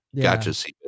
Gotcha